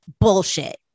bullshit